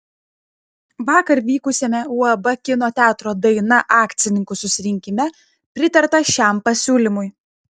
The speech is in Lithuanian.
vakar vykusiame uab kino teatro daina akcininkų susirinkime pritarta šiam pasiūlymui